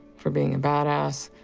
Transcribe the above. for being a bad-ass,